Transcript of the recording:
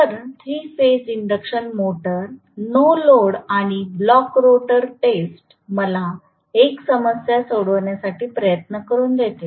तर 3 phase induction motor no load आणि block rotor test मला 1 समस्या सोडविण्यासाठी प्रयत्न करू देते